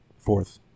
fourth